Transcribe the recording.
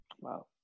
Wow